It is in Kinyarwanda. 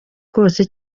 kose